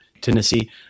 Tennessee